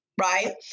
right